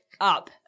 up